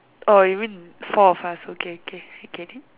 orh you mean four of us okay okay I get it